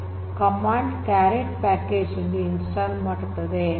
package "caret" command caret package ಅನ್ನು install ಮಾಡುತ್ತದೆ